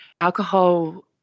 Alcohol